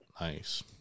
Nice